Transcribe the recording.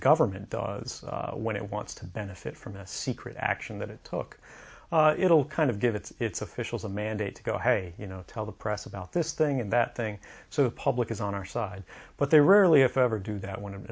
government does when it wants to benefit from a secret action that it took it'll kind of give its officials a mandate to go hey you know tell the press about this thing and that thing so the public is on our side but they rarely if ever do that